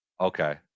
Okay